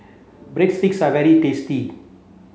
Breadsticks are very tasty